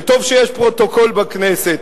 וטוב שיש פרוטוקול בכנסת.